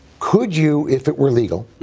could you, if it were legal,